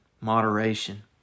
moderation